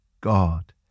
God